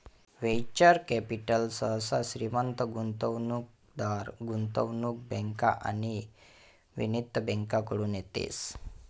venture capital सहसा श्रीमंत गुंतवणूकदार, गुंतवणूक बँका आणि वित्तीय बँकाकडतून येतस